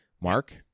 Mark